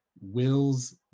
wills